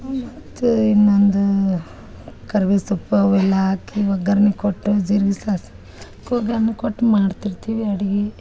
ಮತ್ತೆ ಇನ್ನೊಂದು ಕರ್ಬೇವು ಸೊಪ್ಪು ಅವೆಲ್ಲಾ ಹಾಕಿ ಒಗ್ಗರ್ಣಿ ಕೊಟ್ಟ ಜೀರ್ಗಿ ಸಾಸ್ವಿ ಒಗ್ಗರ್ಣಿ ಕೊಟ್ಟು ಮಾಡ್ತಿರ್ತೀವಿ ಅಡ್ಗಿ